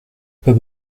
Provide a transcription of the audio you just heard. pas